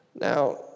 Now